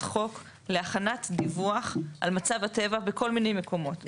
החוק להכנת דיווח על מצב הטבע בכל מיני מקומות,